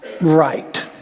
right